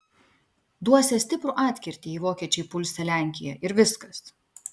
duosią stiprų atkirtį jei vokiečiai pulsią lenkiją ir viskas